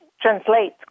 translate